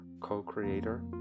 co-creator